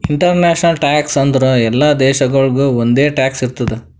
international tax ಅಂದುರ್ ಎಲ್ಲಾ ದೇಶಾಗೊಳಿಗ್ ಒಂದೆ ಟ್ಯಾಕ್ಸ್ ಇರ್ತುದ್